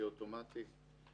שיהיה אוטומטי.